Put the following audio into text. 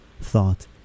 thought